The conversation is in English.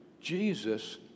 Jesus